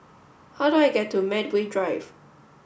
how do I get to Medway Drive